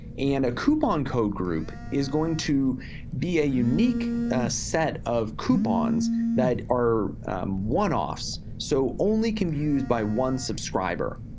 and a coupon code group is going to be a unique set of coupons that are one offs. so only could be used by one subscriber.